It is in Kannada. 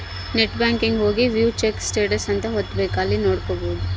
ನೆಟ್ ಬ್ಯಾಂಕಿಂಗ್ ಹೋಗಿ ವ್ಯೂ ಚೆಕ್ ಸ್ಟೇಟಸ್ ಅಂತ ಒತ್ತಬೆಕ್ ಅಲ್ಲಿ ನೋಡ್ಕೊಬಹುದು